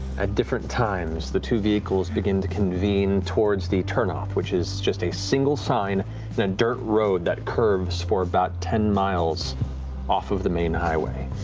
at different times, the two vehicles begin to convene towards the turnoff, which is just a single sign on a dirt road that curves for about ten miles off of the main highway.